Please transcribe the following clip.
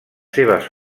seves